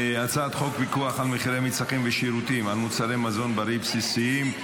הצעת חוק פיקוח על מחירי מצרכים ושירותים על מוצרי מזון בריא בסיסיים,